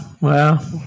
Wow